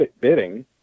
bidding